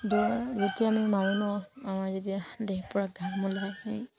দৌৰ যেতিয়া আমি মাৰোঁ ন আমাৰ যেতিয়া দেহত পূৰা ঘাম ওলাই সেই